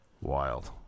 Wild